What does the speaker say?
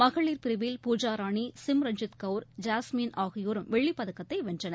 மகளிர் பிரிவில் பூஜா ராணி சிம்ரன்ஜித் கவுர் ஜாஸ்மின் ஆகியோரும் வெள்ளிப் பதக்கத்தை வென்றனர்